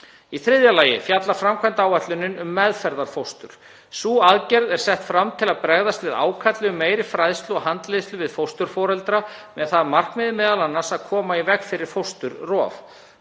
Í þriðja lagi fjallar framkvæmdaáætlunin um meðferðarfóstur. Sú aðgerð er sett fram til að bregðast við ákalli um meiri fræðslu og handleiðslu við fósturforeldra með það að markmiði m.a. að koma í veg fyrir fósturrof.